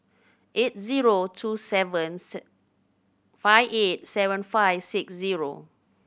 eight zero two seven five eight seven five six zero